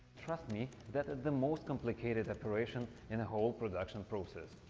trust me, that is the most complicated operation in whole production process.